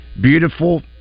Beautiful